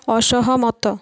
ଅସହମତ